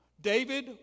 David